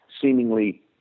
seemingly